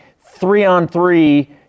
three-on-three